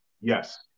yes